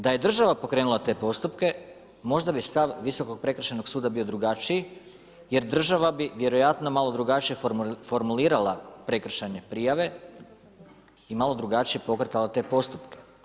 Da je država pokrenula te postupke, možda bi stav Visokog prekršajnog suda bio drugačiji, jer države bi vjerojatno malo drugačije formulirala prekršajne prijave i malo drugačije pokretala te postupke.